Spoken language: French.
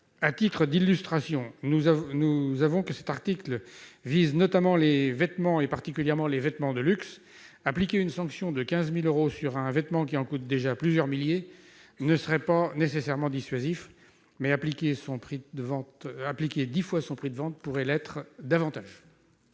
À titre d'illustration, nous savons que cet article vise notamment les vêtements, particulièrement les vêtements de luxe. Appliquer une sanction de 15 000 euros sur un vêtement qui en coûte déjà plusieurs milliers ne serait pas nécessairement dissuasif, mais appliquer une sanction s'élevant à dix fois le prix de vente pourrait l'être davantage.